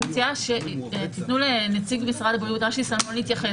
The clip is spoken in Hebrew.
אני מציעה שתיתנו לנציג משרד הבריאות אשי סלמון להתייחס.